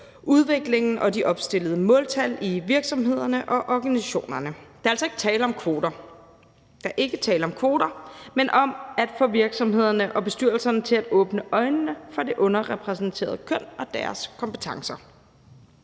udviklingen og de opstillede måltal i virksomhederne og organisationerne. Der er altså ikke tale om kvoter, men om at få virksomhederne og bestyrelserne til at åbne øjnene for det underrepræsenterede køn og dets kompetencer.